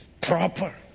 proper